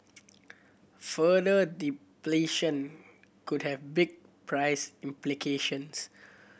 further depletion could have big price implications